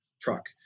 truck